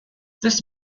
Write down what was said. this